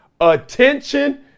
Attention